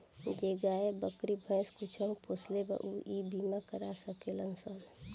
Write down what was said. जे गाय, बकरी, भैंस कुछो पोसेला ऊ इ बीमा करा सकेलन सन